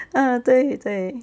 ah 对对